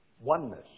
oneness